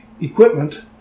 equipment